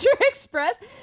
express